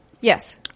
Yes